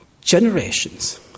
generations